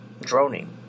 Droning